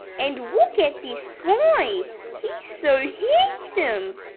and look at this guy! he's so handsome!